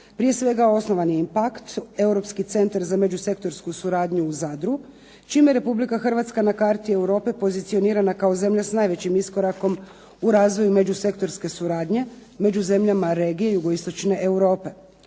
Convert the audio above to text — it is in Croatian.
Prije svega osnovan je IMPACT Europski sektor za međusektorsku suradnju u Zadru, čime Republike Hrvatska na karti Europe pozicionirana kao zemlja sa najvećim iskorakom u razvoju međusektorske suradnje među zemljama regije Jugoistočne Europe.